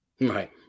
Right